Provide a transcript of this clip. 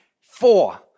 Four